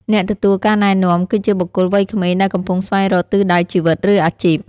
អ្នកទទួលការណែនាំ គឺជាបុគ្គលវ័យក្មេងដែលកំពុងស្វែងរកទិសដៅជីវិត ឬអាជីព។